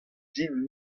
din